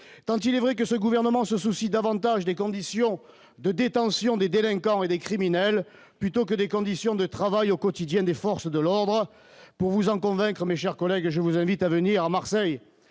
tant il est vrai que ce gouvernement se soucie davantage des conditions de détention des délinquants et des criminels, plutôt que des conditions de travail au quotidien des forces de l'ordre pour vous en convaincre mes chers collègues, je vous invite à venir à Marseille,